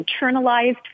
internalized